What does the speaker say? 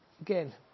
Again